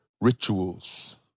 rituals